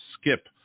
skip